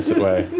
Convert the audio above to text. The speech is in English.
way